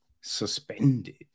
suspended